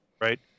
Right